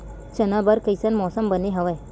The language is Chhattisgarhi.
चना बर कइसन मौसम बने हवय?